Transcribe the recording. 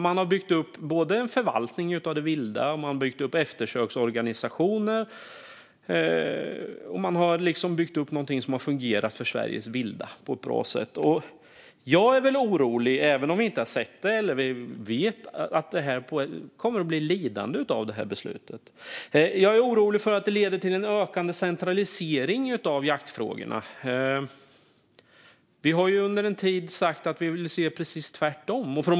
Man har byggt upp både en förvaltning av det vilda och eftersöksorganisationer som har fungerat för Sveriges vilt på ett bra sätt. Även om vi inte har sett det är jag orolig för att de kommer att bli lidande av beslutet. Jag är orolig att det leder till en ökande centralisering av jaktfrågorna. Vi har under en tid sagt att vi vill se precis tvärtom.